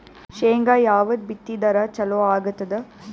ಶೇಂಗಾ ಯಾವದ್ ಬಿತ್ತಿದರ ಚಲೋ ಆಗತದ?